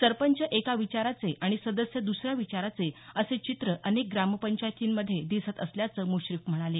सरपंच एका विचाराचे आणि सदस्य दुसऱ्या विचाराचे असे चित्र अनेक ग्रामपंचायतींमध्ये दिसत असल्याचं मुश्रीफ म्हणाले